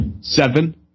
Seven